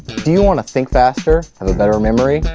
do you want to think faster, have a better memory,